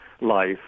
life